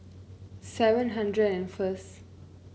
seven hundred and first